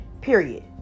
period